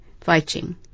fighting